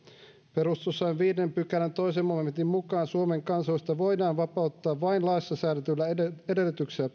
perustuslain viidennen pykälän toisen momentin mukaan suomen kansalaisuudesta voidaan vapauttaa vain laissa säädetyillä edellytyksillä